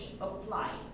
applied